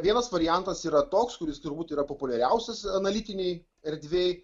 vienas variantas yra toks kuris turbūt yra populiariausias analitinėj erdvėj